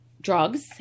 drugs